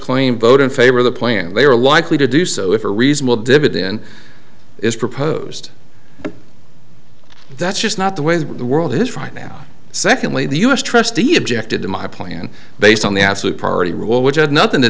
claim vote in favor of the plan and they are likely to do so if a reasonable dividend is proposed but that's just not the way the world is right now secondly the us trustee objected to my plan based on the absolute party rule which had nothing to